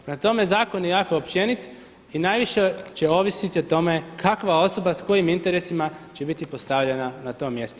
Prema tome zakon je jako općenit i najviše će ovisiti o tome kakva osoba s kojim interesima će biti postavljena na to mjesto.